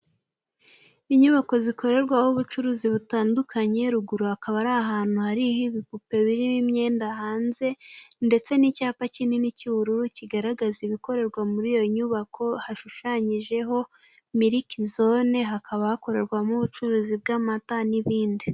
Inyubako zikorerwaho ubucuruzi butandukanye, ruguru hakaba ari ahantu hariho ibipupe biriho imyenda hanze ndetse n'icyapa kinini cy'ubururu kigaragaza ibikorerwa muri iyo nyubako, hashushanyijeho milliki zone hakaba hakorerwamo ubucuruzi bw'amata n'ibindi.